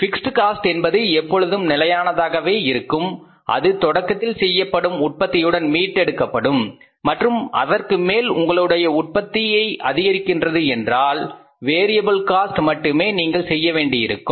fixed cost என்பது எப்பொழுதும் நிலையானதாகவே இருக்கும் அது தொடக்கத்தில் செய்யப்படும் உற்பத்தியுடன் மீட்டெடுக்கபடும் மற்றும் அதற்கு மேல் உங்களுடைய உற்பத்தியை அதிகரிக்கிறது என்றால் வேறியபிள் காஸ்ட் மட்டுமே நீங்கள் செய்ய வேண்டியிருக்கும்